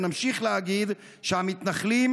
ונמשיך להגיד שהמתנחלים,